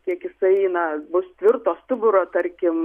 kiek jisai na bus tvirto stuburo tarkim